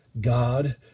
God